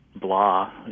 blah